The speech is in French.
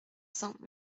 cents